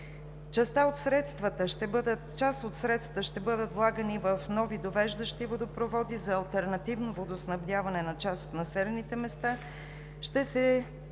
Част от средствата ще бъдат влагани в нови довеждащи водопроводи за алтернативно водоснабдяване на част от населените места. Ще се